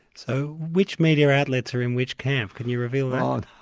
so which media outlets are in which camp, can you reveal that?